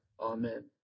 Amen